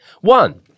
One